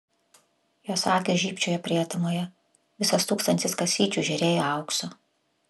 jos akys žybčiojo prietemoje visas tūkstantis kasyčių žėrėjo auksu